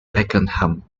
pakenham